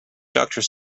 doctors